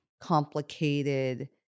complicated